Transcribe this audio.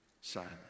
silent